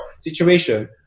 situation